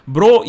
Bro